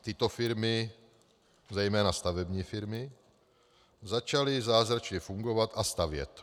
Tyto firmy, zejména stavební firmy, začaly zázračně fungovat a stavět.